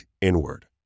inward